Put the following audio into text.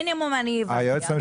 מינימום הבנתי.